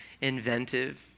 inventive